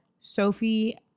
Sophie